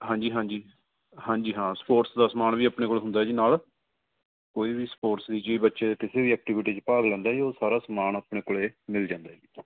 ਹਾਂਜੀ ਹਾਂਜੀ ਹਾਂਜੀ ਹਾਂ ਸਪੋਰਟਸ ਦਾ ਸਮਾਨ ਵੀ ਆਪਣੇ ਕੋਲ ਹੁੰਦਾ ਜੀ ਨਾਲ ਕੋਈ ਵੀ ਸਪੋਰਟਸ ਦੀ ਜੇ ਬੱਚੇ ਕਿਸੇ ਵੀ ਐਕਟੀਵਿਟੀ 'ਚ ਭਾਗ ਲੈਂਦੇ ਉਹ ਸਾਰਾ ਸਮਾਨ ਆਪਣੇ ਕੋਲੇ ਮਿਲ ਜਾਂਦਾ ਜੀ